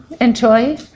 enjoy